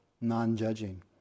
non-judging